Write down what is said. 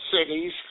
cities